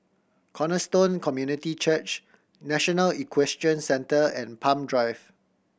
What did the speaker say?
Cornerstone Community Church National Equestrian Centre and Palm Drive